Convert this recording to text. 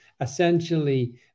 essentially